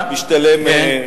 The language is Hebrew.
משתלם,